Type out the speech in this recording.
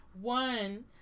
One